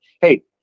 Hey